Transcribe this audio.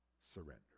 surrender